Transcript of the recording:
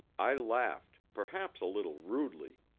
i laughed, perhaps a little rudely.